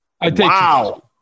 Wow